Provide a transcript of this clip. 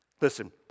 Listen